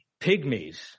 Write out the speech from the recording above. pygmies